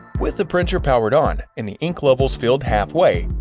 with the printer powered on and the ink levels filled halfway,